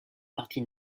partie